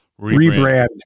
Rebrand